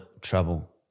trouble